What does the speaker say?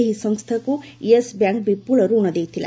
ଏହି ସଂସ୍ଥାକୁ Yes Bank ବିପୁଳ ଋଣ ଦେଇଥିଲା